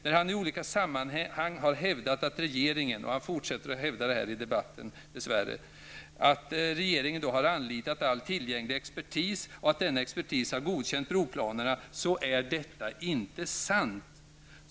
När han i olika sammanhang har hävdat, och han fortsätter att hävda det här i debatten dess värre, att regeringen har anlitat all tillgänglig expertis och att denna expertis har godkänt broplanerna, så är det inte sant.